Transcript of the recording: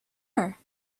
here